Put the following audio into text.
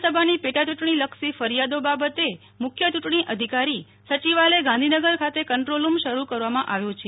વિધાનસભાની પેટાયૂંટણી લક્ષી ફરિયાદો બાબતે મુખ્ય ચૂંટણી અધિકારી સયિવાલય ગાંધીનગર ખાતે કંદ્રોલ રૂમ શરૂ કરવામાં આવ્યો છે